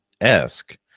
esque